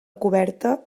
coberta